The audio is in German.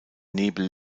nebel